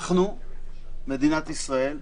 אנחנו, מדינת ישראל,